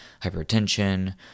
hypertension